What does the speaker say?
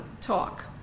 talk